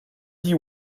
dit